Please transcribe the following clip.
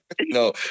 No